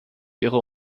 ihrer